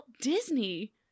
Disney